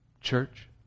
church